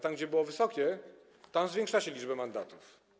Tam, gdzie było wysokie, tam zwiększacie liczbę mandatów.